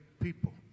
people